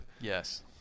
Yes